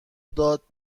داد